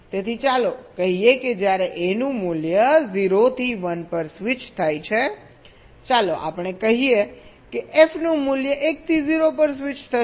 તેથી ચાલો કહીએ કે જ્યારે A નું મૂલ્ય 0 થી 1 પર સ્વિચ થાય છે ચાલો આપણે કહીએ કે f નું મૂલ્ય 1 થી 0 પર સ્વિચ થશે